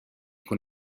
con